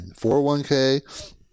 401K